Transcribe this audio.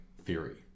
theory